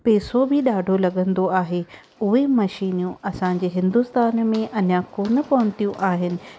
पैसो बि ॾाढो लॻंदो आहे उहे मशीनियूं असांजे हिंदुस्तान में अञां कोन्ह पहुतियूं आहिनि